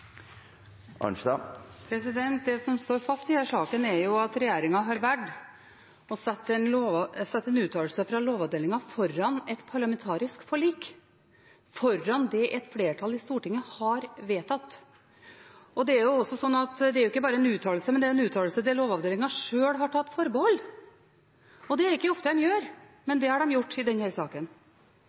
at regjeringen har valgt å sette en uttalelse fra Lovavdelingen foran et parlamentarisk forlik – foran det et flertall i Stortinget har vedtatt. Det er også slik at det er ikke bare en uttalelse, men det er en uttalelse der Lovavdelingen sjøl har tatt forbehold. Det er ikke ofte de gjør, men det har de gjort i denne saken.